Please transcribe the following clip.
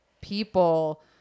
people